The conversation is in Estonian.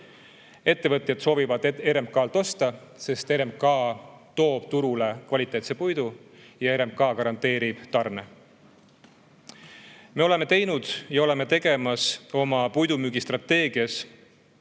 Ettevõtjad soovivad RMK‑lt osta, sest RMK toob turule kvaliteetse puidu ja RMK garanteerib tarne. Me oleme teinud ja oleme tegemas oma puidumüügistrateegias